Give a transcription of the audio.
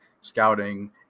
scouting